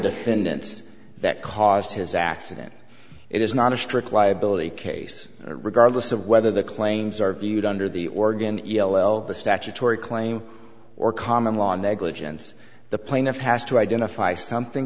defendants that caused his accident it is not a strict liability case regardless of whether the claims are viewed under the organ e l l the statutory claim or common law negligence the plaintiff has to identify something